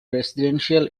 residential